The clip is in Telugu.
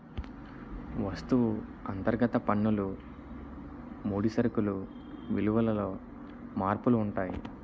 వస్తువు అంతర్గత పన్నులు ముడి సరుకులు విలువలలో మార్పులు ఉంటాయి